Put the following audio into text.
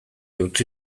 utzi